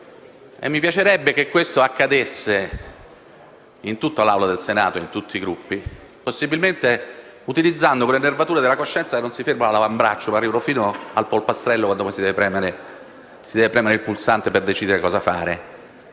Mi piacerebbe che ciò accadesse in tutta l'Assemblea del Senato, in tutti i Gruppi, possibilmente utilizzando quelle nervature della coscienza che non si fermano all'avambraccio, ma arrivano fino al polpastrello quando si deve premere il pulsante per decidere cosa fare